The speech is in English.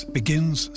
begins